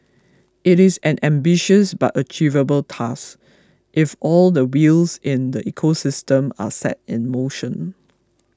it is an ambitious but achievable task if all the wheels in the ecosystem are set in motion